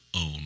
own